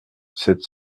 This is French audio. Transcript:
sept